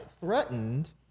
threatened